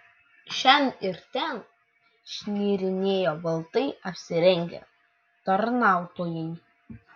šen ir ten šmirinėjo baltai apsirengę tarnautojai